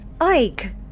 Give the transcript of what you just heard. Ike